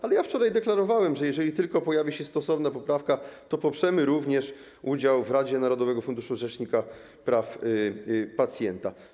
Ale ja wczoraj deklarowałem, że jeżeli tylko pojawi się stosowna poprawka, to poprzemy również udział w radzie narodowego funduszu rzecznika praw pacjenta.